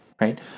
right